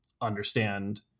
understand